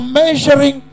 measuring